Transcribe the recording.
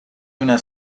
una